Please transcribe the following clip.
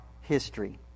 history